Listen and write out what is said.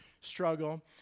struggle